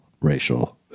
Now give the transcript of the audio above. racial